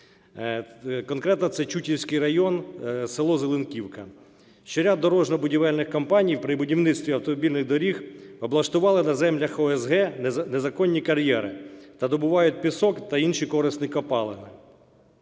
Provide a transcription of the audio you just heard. конкретно це Чутівський район, село Зеленківка, - що ряд дорожньо-будівельних компаній при будівництві автомобільних доріг облаштували на землях ОСГ незаконні кар'єри та добувають пісок та інші корисні копалини,